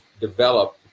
develop